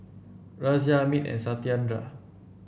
Razia Amit and Satyendra